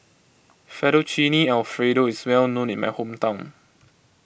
Fettuccine Alfredo is well known in my hometown